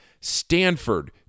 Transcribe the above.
Stanford